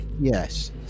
yes